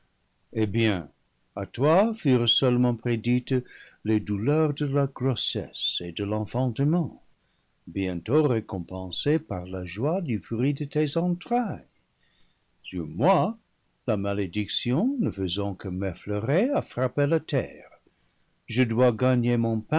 eh bien à toi furent seulement prédites les dou leurs de la grossesse et de l'enfantement bientôt récompen sées par la joie du fruit de tes entrailles sur moi la malédic tion ne faisant que m'effleurer a frappé la terre je dois gagner mon